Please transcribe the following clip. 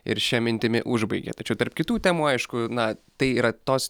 ir šia mintimi užbaigė tačiau tarp kitų temų aišku na tai yra tos